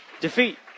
defeat